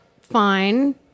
fine